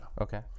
Okay